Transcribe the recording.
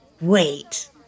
Wait